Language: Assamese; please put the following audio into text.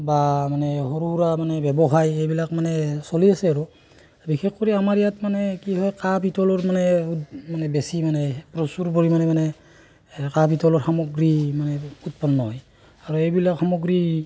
বা মানে সৰু সুৰা মানে ব্যৱসায় এইবিলাক মানে চলি আছে আৰু বিশেষ কৰি আমাৰ ইয়াত মানে কি হয় কাঁহ পিতলৰ মানে উদ্ মানে বেছি মানে প্ৰচুৰ পৰিমাণে মানে কাঁহ পিতলৰ সামগ্ৰী মানে উৎপন্ন হয় আৰু এইবিলাক সামগ্ৰী